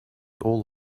all